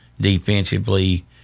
defensively